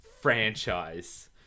franchise